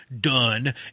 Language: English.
done